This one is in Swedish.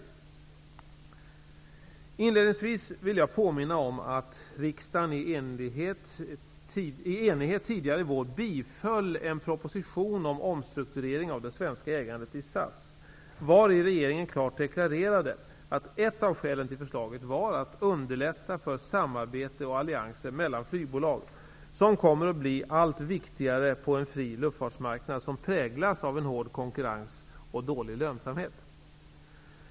Inledningsvis vill jag påminna om att riksdagen i enighet tidigare i vår biföll en proposition om omstrukturering av det svenska ägandet i SAS, vari regeringen klart deklarerade att ett av skälen till förslaget var att underlätta för samarbete och allianser mellan flygbolag, något som kommer att bli allt viktigare på en fri luftfartsmarknad som präglas av en hård konkurrens och dålig lönsamhet.